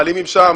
מעלימים שם,